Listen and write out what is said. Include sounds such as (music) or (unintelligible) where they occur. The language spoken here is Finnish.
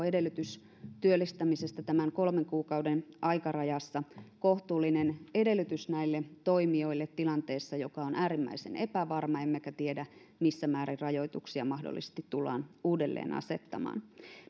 (unintelligible) edellytys työllistämisestä tämän kolmen kuukauden aikarajassa kohtuullinen edellytys näille toimijoille tilanteessa joka on äärimmäisen epävarma emmekä tiedä missä määrin rajoituksia mahdollisesti tullaan uudelleen asettamaan